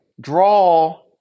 draw